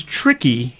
tricky